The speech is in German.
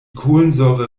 kohlensäure